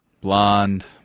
blonde